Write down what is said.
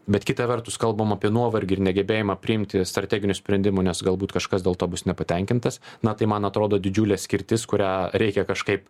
bet kita vertus kalbam apie nuovargį ir negebėjimą priimti strateginių sprendimų nes galbūt kažkas dėl to bus nepatenkintas na tai man atrodo didžiulė skirtis kurią reikia kažkaip